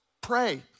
pray